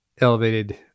elevated